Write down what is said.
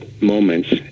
moments